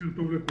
בוקר טוב לכולם.